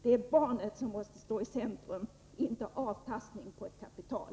Barnet måste stå i centrum, inte avkastningen på ett kapital.